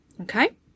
Okay